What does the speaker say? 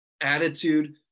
attitude